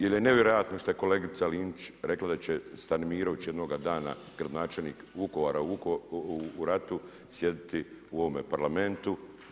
Jer je nevjerojatno ono što je kolegica Linić rekla da će Stanimirović jednoga dana, gradonačelnik Vukovara u ratu sjediti u ovome Parlamentu.